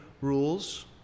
rules